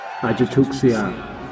Ajatuxia